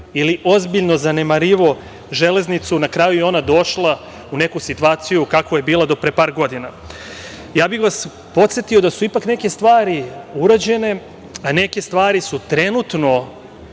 ili ozbiljno zanemarivao železnicu, na kraju je ona došla u neku situaciju u kakvoj je bila do pre par godina. Ja bih vas podsetio da su ipak neke stvari urađene, a neke stvari su trenutno